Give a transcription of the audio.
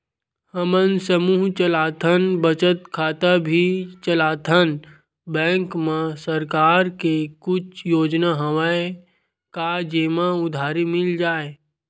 हमन समूह चलाथन बचत खाता भी चलाथन बैंक मा सरकार के कुछ योजना हवय का जेमा उधारी मिल जाय?